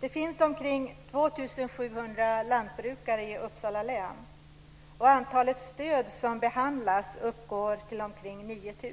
Det finns omkring 2 700 lantbrukare i Uppsala län, och antalet stöd som behandlas uppgår till omkring 9 000.